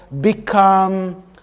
become